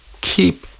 keep